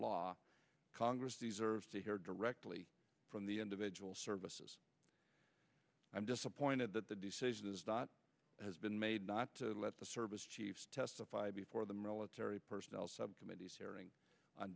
law congress these are to hear directly from the individual services i'm disappointed that the decision is not has been made not to let the service chiefs testify before the military personnel subcommittees hearing